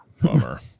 bummer